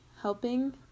helping